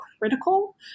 critical